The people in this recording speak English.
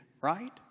right